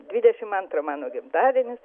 dvidešim antro mano gimtadienis